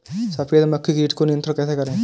सफेद मक्खी कीट को नियंत्रण कैसे करें?